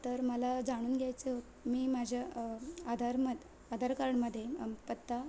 तर मला जाणून घ्यायचं हो मी माझ्या आधार मध आधार कार्डमध्ये पत्ता